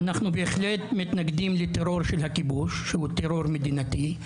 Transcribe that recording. אנחנו בהחלט מתנגדים לטרור של הכיבוש שהוא טרור מדינתי,